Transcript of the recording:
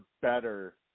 better